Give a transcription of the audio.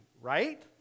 right